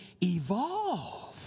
evolve